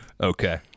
Okay